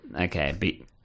Okay